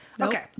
okay